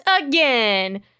again